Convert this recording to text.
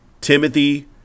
Timothy